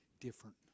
different